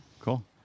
cool